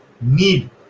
need